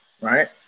right